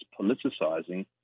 politicizing